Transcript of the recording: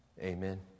Amen